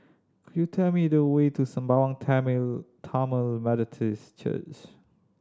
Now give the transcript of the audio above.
could you tell me the way to Sembawang Tamil Methodist Church